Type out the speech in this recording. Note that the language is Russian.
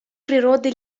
природы